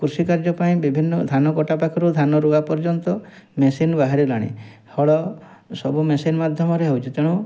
କୃଷି କାର୍ଯ୍ୟ ପାଇଁ ବିଭିନ୍ନ ଧାନ କଟା ପାଖରୁ ଧାନ ରୁଆ ପର୍ଯ୍ୟନ୍ତ ମେସିନ୍ ବାହାରିଲାଣି ହଳ ସବୁ ମେସିନ୍ ମାଧ୍ୟମରେ ହୋଉଛି ତେଣୁ